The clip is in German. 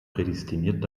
prädestiniert